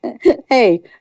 Hey